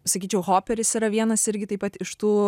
sakyčiau hoperis yra vienas irgi taip pat iš tų